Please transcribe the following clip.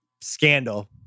scandal